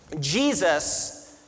Jesus